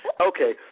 Okay